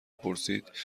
پرسید